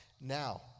now